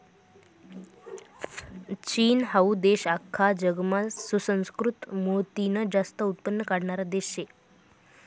चीन हाऊ देश आख्खा जगमा सुसंस्कृत मोतीनं जास्त उत्पन्न काढणारा देश शे